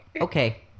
Okay